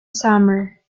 summer